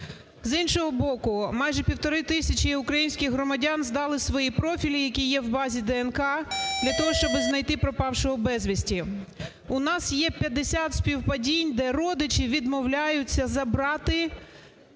З іншого боку, майже півтори тисячі українських громадян здали свої профілі, які є у базі ДНК, для того, щоб знайти пропавшого безвісти. У нас є 50 співпадінь, де родичі відмовляються забрати